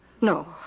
No